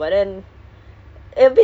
ugh low lowkey